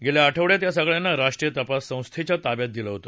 गेल्या आठवड्यात या सगळ्यांना राष्ट्रीय तपास संस्थेच्या ताब्यात दिल होत